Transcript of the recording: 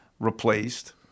Replaced